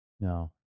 No